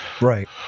Right